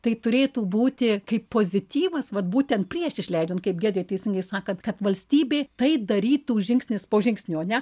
tai turėtų būti kaip pozityvas vat būtent prieš išleidžiant kaip giedrė teisingai sakant kad valstybė tai darytų žingsnis po žingsnio ane